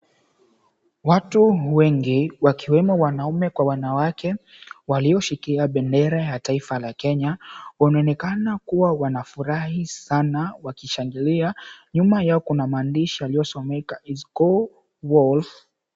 Watu wengi wakiwemo wanaume kwa wanawake walioshikia bendera ya taifa la Kenya. Wanaonekana kuwa wanafurahi sana wakishangilia. Nyuma yao kuna maandishi yaliyosomeka It's Go Wolf.